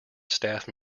staff